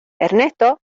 ernesto